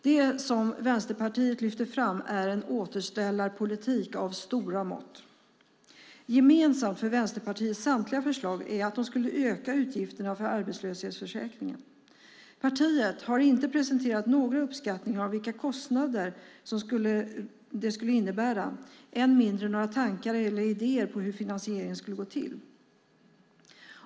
Det som Vänsterpartiet lyfter fram är en återställarpolitik av stora mått. Gemensamt för Vänsterpartiets samtliga förslag är att de skulle öka utgifterna för arbetslöshetsförsäkringen. Partiet har inte presenterat några uppskattningar av vilka kostnader det skulle innebära, än mindre några tankar eller idéer om hur finansieringen skulle gå till.